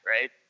right